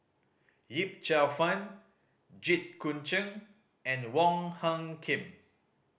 Yip Cheong Fun Jit Koon Ch'ng and Wong Hung Khim